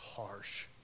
harsh